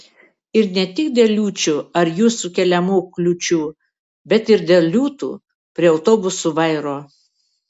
ir ne tik dėl liūčių ar jų sukeliamų kliūčių bet ir dėl liūtų prie autobusų vairo